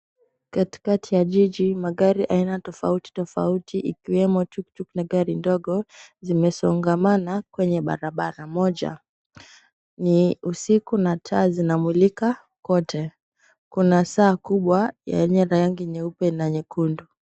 Katikati ya jiji. Magari aina tofauti tofauti ikiwemo tuktuk na gari ndogo zimesongamana kwenye barabara moja. Ni usiku na taa zinamulika kote. Kuna saa kubwa yenye rangi nyeupe na nyekundu.